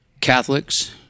Catholics